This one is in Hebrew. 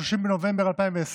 30 בנובמבר 2020,